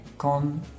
Con